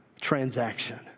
transaction